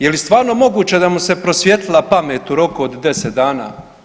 Je li stvarno moguće da mu se prosvijetlila pamet u roku od 10 dana?